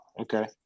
okay